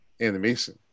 Animation